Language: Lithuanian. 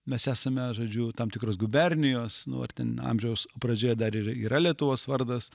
mes esame žodžiu tam tikros gubernijos nu ar ten amžiaus pradžioje dar ir yra lietuvos vardas